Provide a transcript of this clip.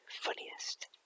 funniest